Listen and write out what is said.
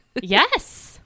yes